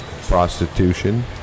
Prostitution